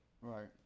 Right